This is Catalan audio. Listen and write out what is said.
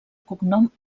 cognom